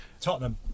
Tottenham